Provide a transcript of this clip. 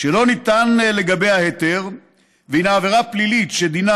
שלא ניתן לגביה היתר הינה עבירה פלילית שדינה